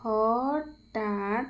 ହଟାତ